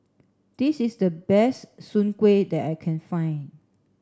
this is the best Soon Kway that I can find